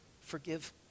forgive